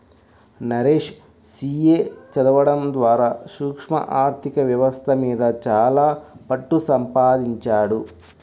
Naresh CA చదవడం ద్వారా సూక్ష్మ ఆర్ధిక వ్యవస్థ మీద చాలా పట్టుసంపాదించాడు